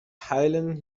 heilen